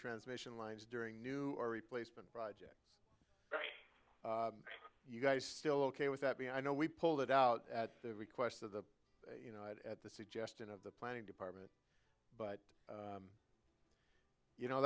transmission lines during new or replacement projects you guys still ok with that b i know we pulled it out at the request of the you know it at the suggestion of the planning department but you know